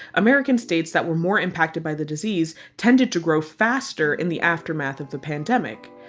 american states that were more impacted by the disease tended to grow faster in the aftermath of the pandemic.